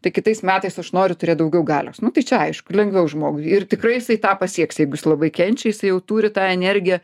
tai kitais metais aš noriu turėt daugiau galios nu tai čia aišku lengviau žmogui ir tikrai jisai tą pasieks jeigu jis labai kenčia jis jau turi tą energiją